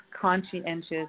conscientious